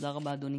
תודה רבה, אדוני.